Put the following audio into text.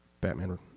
Batman